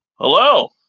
Hello